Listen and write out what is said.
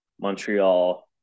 Montreal